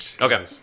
Okay